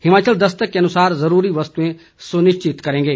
हिमाचल दस्तक के अनुसार जरूरी वस्तुएं सुनिश्चित करेंगे